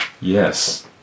Yes